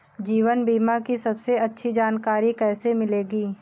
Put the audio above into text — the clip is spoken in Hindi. जीवन बीमा की सबसे अच्छी जानकारी कैसे मिलेगी?